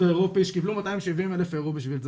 האירופי שקיבלו 270,000 אירו בשביל זה,